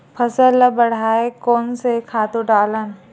फसल ल बढ़ाय कोन से खातु डालन?